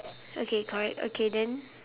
okay correct okay then